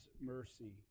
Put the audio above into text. mercy